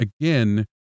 again